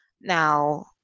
now